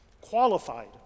qualified